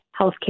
healthcare